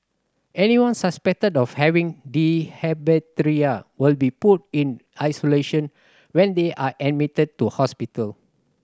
anyone suspected of having diphtheria will be put in isolation when they are admitted to hospital